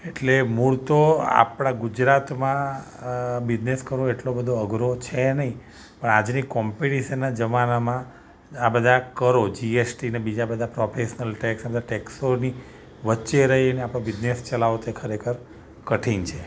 એટલે મૂળ તો આપણા ગુજરાતમાં બિઝનેસ કરવો એટલો બધો અઘરો છે નહીં પણ આજની કૉમ્પિટિશનના જમાનામાં આ બધા કરો જી એસ ટી અને બીજા બધા પ્રોફેશનલ ટૅકસ અને ટૅક્સોની વચ્ચે રહીને આપણો બિઝનેસ ચલાવવો તે ખરેખર કઠિન છે